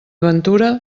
ventura